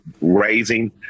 raising